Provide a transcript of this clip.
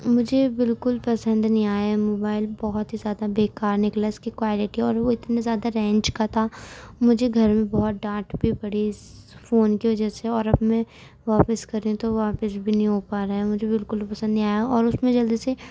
مجھے بالکل پسند نہیں آیا موبائل بہت ہی زیادہ بے کار نکلا اس کی کوالیٹی اور وہ اتنا زیادہ رینج کا تھا مجھے گھر میں بہت ڈانٹ بھی پڑی اس فون کی وجہ سے اور اب میں واپس کر رہی ہوں تو واپس بھی نہیں ہو پا رہا مجھے بالکل پسند نہیں آیا اور اس میں جلدی سے